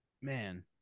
Man